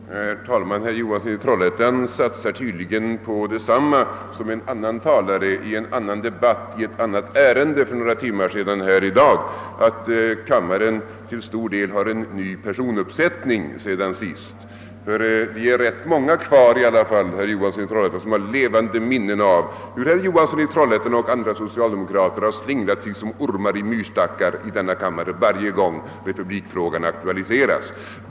Herr talman! Herr Johansson i Trollhättan satsar tydligen på detsamma som en annan talare i en annan debatt för några timmar sedan, att kammaren till stor del fått en ny personbesättning sedan sist. Men vi är ändå rätt många kvar, herr Johansson i Trollhättan, som kommer ihåg hur herr Johansson i Trollhättan och andra socialdemokrater har slingrat sig som ormar i myrstackar varje gång republikfrågan aktualiserats.